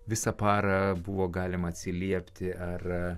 visą parą buvo galima atsiliepti ar